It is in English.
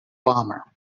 bomber